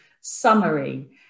summary